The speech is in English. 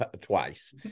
twice